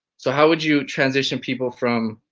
so how would you transition people from,